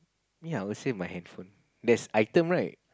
me I would save my handphone that's item right